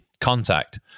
contact